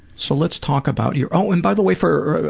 so let's talk about your oh and by the way, for,